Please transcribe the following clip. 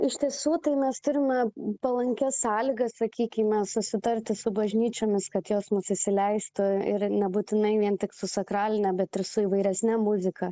iš tiesų tai mes turime palankias sąlygas sakykime susitarti su bažnyčiomis kad jos mus įsileistų ir nebūtinai vien tik su sakraline bet ir su įvairesne muzika